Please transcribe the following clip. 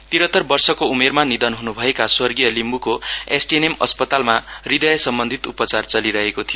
तीरातर वर्षको उमेरमा निधन ह्नु भएका स्वर्गीय लिम्बुको एसटीएनएम अस्तपालमा हृदय सम्बन्धित उपचार चलिरहेको थियो